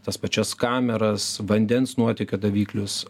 tas pačias kameras vandens nuotėkio daviklius